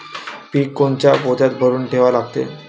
पीक कोनच्या पोत्यात भरून ठेवा लागते?